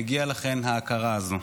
מגיעה לכן ההכרה הזו.